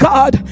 God